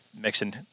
mixing